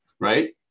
Right